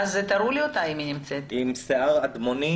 כבדי שמיעה